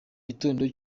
gitondo